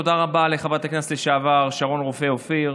תודה רבה לחברת הכנסת לשעבר שרון רופא אופיר,